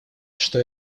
что